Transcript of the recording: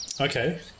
Okay